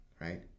right